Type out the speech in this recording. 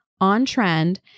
on-trend